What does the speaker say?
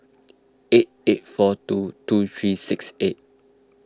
eight eight four two two three six eight